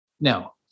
Now